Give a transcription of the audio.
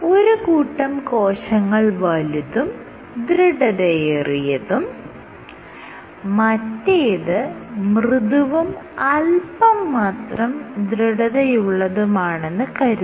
ഒരു കൂട്ടം കോശങ്ങൾ വലുതുംദൃഢതയേറിയതും മറ്റേത് മൃദുവും അല്പം മാത്രം ദൃഢതമുള്ളതാണെന്ന് കരുതുക